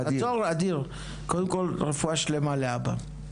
--- קודם כל רפואה שלמה לאבא.